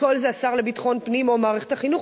הכול זה השר לביטחון פנים או מערכת החינוך.